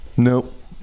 Nope